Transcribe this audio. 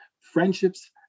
friendships